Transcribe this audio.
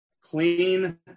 Clean